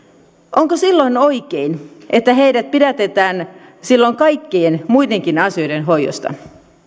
onko oikein että heidät pidätetään silloin kaikkien muidenkin asioiden hoidosta